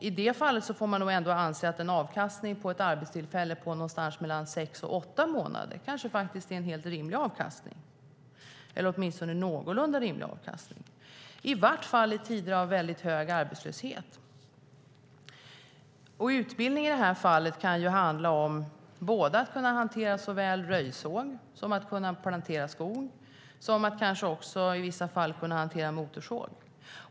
I det fallet får man nog ändå anse att en avkastning i form av ett arbetstillfälle på någonstans mellan sex och åtta månader kanske faktiskt är en helt rimlig avkastning eller åtminstone en någorlunda rimlig avkastning, i vart fall i tider av väldigt hög arbetslöshet. Utbildning kan i det här fallet handla om såväl att kunna hantera röjsåg som att kunna plantera skog som att också i vissa fall kunna hantera motorsåg.